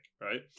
right